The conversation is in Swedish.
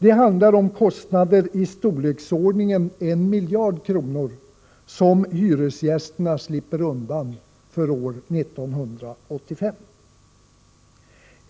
Det handlar om kostnader i storleksordningen en miljard kronor som hyresgästerna slipper för år 1985.